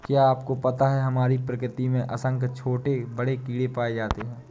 क्या आपको पता है हमारी प्रकृति में असंख्य छोटे बड़े कीड़े पाए जाते हैं?